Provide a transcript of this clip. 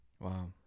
Wow